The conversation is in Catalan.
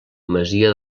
masia